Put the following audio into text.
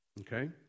Okay